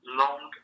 long